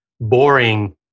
boring